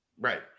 right